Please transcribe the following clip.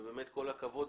ובאמת כל הכבוד,